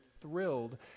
thrilled